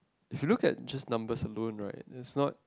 if you look at just numbers alone right is not